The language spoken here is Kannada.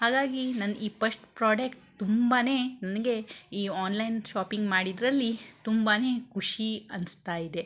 ಹಾಗಾಗಿ ನನ್ನ ಈ ಪಸ್ಟ್ ಪ್ರಾಡೆಕ್ಟ್ ತುಂಬಾ ನನಗೆ ಈ ಆನ್ಲೈನ್ ಶಾಪಿಂಗ್ ಮಾಡಿದ್ದರಲ್ಲಿ ತುಂಬಾ ಖುಷಿ ಅನ್ನಿಸ್ತಾ ಇದೆ